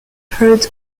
heard